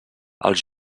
els